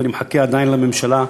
ואני מחכה עדיין לממשלה,